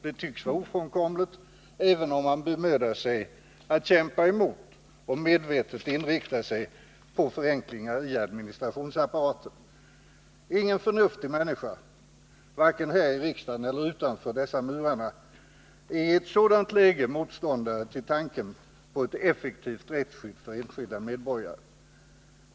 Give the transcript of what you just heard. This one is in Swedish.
Det tycks vara ofrånkomligt, även om man bemödar sig att kämpa emot och medvetet inriktar sig på förenklingar i administrationsapparaten. Ingen förnuftig människa, varken här i riksdagen eller utanför dessa murar, är i ett sådant läge motståndare till tanken på ett ökat och effektivt rättsskydd för enskilda medborgare.